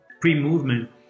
pre-movement